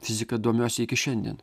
fizika domiuosi iki šiandien